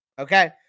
Okay